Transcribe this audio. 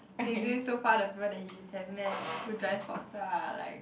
he say so far the people that you have met who drive sport car are like